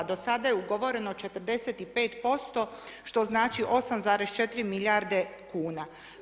Do sada je ugovoreno 45% što znači 8,4 milijarde kuna.